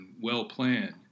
well-planned